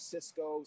Cisco